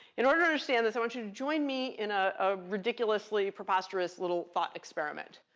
in order to understand this, i want you to join me in a ah ridiculously preposterous little thought experiment.